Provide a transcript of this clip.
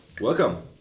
welcome